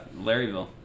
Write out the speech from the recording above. Larryville